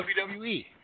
WWE